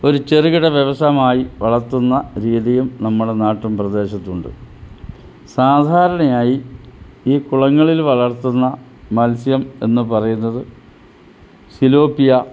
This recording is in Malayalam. ഒരു ചെറുകിട വ്യവസമായി വളർത്തുന്ന രീതിയും നമ്മുടെ നാട്ടും പ്രദേശത്തുണ്ട് സാധാരണയായി ഈ കുളങ്ങളിൽ വളർത്തുന്ന മത്സ്യം എന്ന് പറയുന്നത് സിലോപ്പിയ